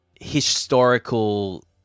historical